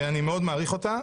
ואני מאוד מעריך אותה.